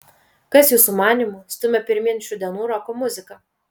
kas jūsų manymu stumia pirmyn šių dienų roko muziką